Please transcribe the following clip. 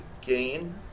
gain